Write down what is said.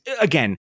again